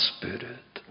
Spirit